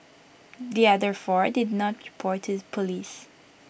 the other four did not report to Police